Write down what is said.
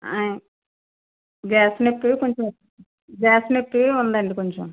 gas నొప్పులు కొంచెం gas నొప్పి ఉంది అండి కొంచెం